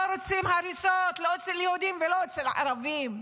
רוצים הריסות לא אצל יהודים ולא אצל ערבים,